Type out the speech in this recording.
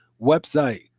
website